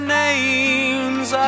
names